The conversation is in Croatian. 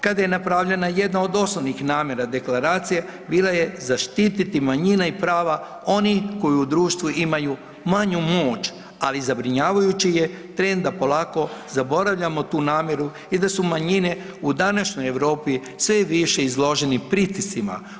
Kada je napravljena jedna od osnovnih namjera deklaracije bila zaštititi manjine i prava onih koji u društvu imaju manju moć, ali zabrinjavajući je trend da polako zaboravljamo tu namjeru i da su manjine u današnjoj Europi sve više izloženi pritiscima.